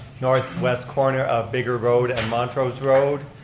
northwest corner of bigger road and montrose road.